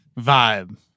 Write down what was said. vibe